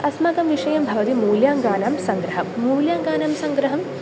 अस्माकं विषयं भवति मूल्याङ्कानां सङ्ग्रहं मूल्याङ्कानां सङ्ग्रहम्